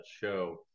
show